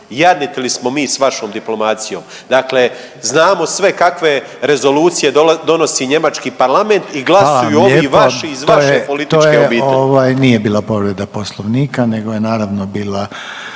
jadni ti li smo mi s vašom diplomacijom, dakle znamo sve kakve rezolucije donosi njemački parlament i glasuju ovi vaši iz vaše političke obitelji. **Reiner, Željko (HDZ)** Hvala vam lijepa.